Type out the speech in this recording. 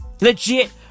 Legit